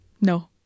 No